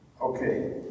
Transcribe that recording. okay